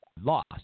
lost